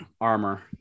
armor